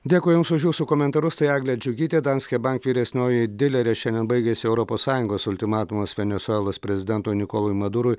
dėkui jums už jūsų komentarus tai eglė džiugytė danske bank vyresnioji dilerė šiandien baigėsi europos sąjungos ultimatumas venesuelos prezidentui nikolui madurui